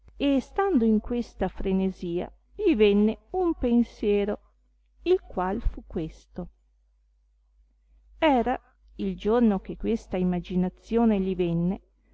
e stando in questa frenesia gli venne un pensiero il qual fu questo era il giorno che questa imaginazione li venne